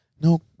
no